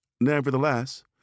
Nevertheless